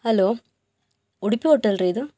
hello Udupi ಹೋಟಲ್ರೀ ಇದು